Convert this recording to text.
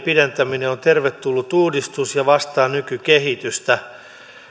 pidentäminen on on tervetullut uudistus ja vastaa nykykehitystä